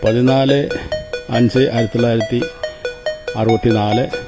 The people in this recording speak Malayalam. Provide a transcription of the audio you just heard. പതിനാല് അഞ്ച് ആയിരത്തി തൊള്ളായിരത്തി അറുപത്തി നാല്